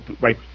right